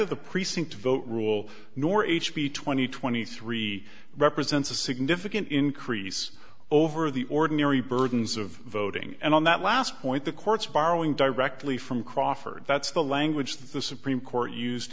the precinct vote rule nor h b twenty twenty three represents a significant increase over the ordinary burdens of voting and on that last point the court's borrowing directly from crawford that's the language that the supreme court used